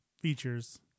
features